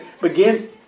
Begin